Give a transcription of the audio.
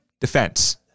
defense